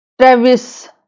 Travis